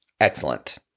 Excellent